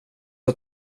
och